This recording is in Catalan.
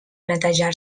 netejar